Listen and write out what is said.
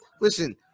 listen